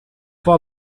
for